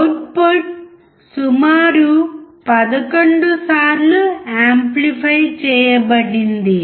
output సుమారు 11 సార్లు amplify చేయబడింది